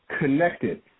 connected